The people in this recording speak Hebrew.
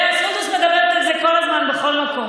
סונדוס מדברת על זה כל הזמן בכל מקום,